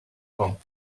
kong